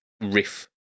riff